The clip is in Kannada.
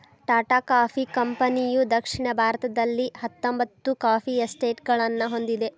ಟಾಟಾ ಕಾಫಿ ಕಂಪನಿಯುದಕ್ಷಿಣ ಭಾರತದಲ್ಲಿಹತ್ತೊಂಬತ್ತು ಕಾಫಿ ಎಸ್ಟೇಟ್ಗಳನ್ನು ಹೊಂದಿದೆ